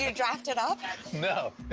yeah draft it up? no,